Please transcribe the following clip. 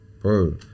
bro